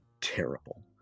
terrible